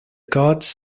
gods